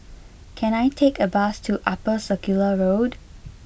can I take a bus to Upper Circular Road